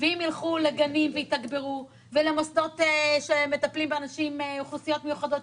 ואם יילכו לגנים ויתבגרו ולמוסדות שמטפלים באוכלוסיות מיוחדות,